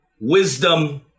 wisdom